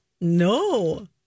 No